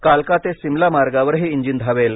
कालका ते सिमला मार्गावर हे इंजिन धावेल